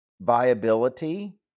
viability